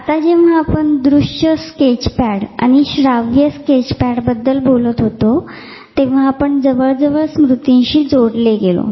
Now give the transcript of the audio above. आता जेंव्हा आपण दृश्य स्केचपॅड आणि श्राव्य स्केचपॅडबद्दल बोलत होतो तेंव्हा आपण जवळजवळ स्मृतीशी जोडले गेलो